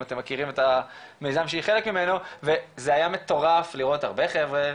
אתם מכירים את המיזם שהיא חלק ממנו וזה היה מטורף לראות הרבה חברה,